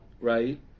right